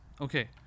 Okay